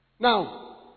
Now